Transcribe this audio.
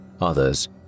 others